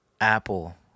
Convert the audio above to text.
Apple